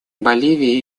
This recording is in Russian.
боливии